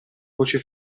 voce